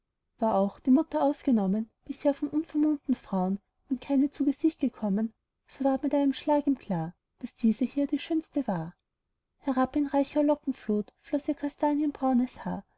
war auch die mutter ausgenommen bisher von unvermummten frau'n ihm keine zu gesicht gekommen so ward mit einem schlag ihm klar daß diese hier die schönste war illustration aladdin belauscht die prinzessin herab in reicher lockenflut floß ihr kastanienbraunes haar